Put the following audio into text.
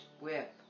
whip